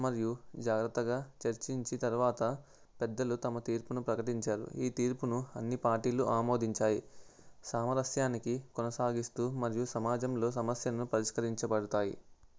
మరియు జాగ్రత్తగా చర్చించి తరువాత పెద్దలు తమ తీర్పును ప్రకటించారు ఈ తీర్పును అన్ని పార్టీలు ఆమోదించాయి సామరస్యాన్ని కొనసాగిస్తూ మరియు సమాజంలో సమస్యలను పరిష్కరించబడతాయి